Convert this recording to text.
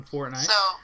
Fortnite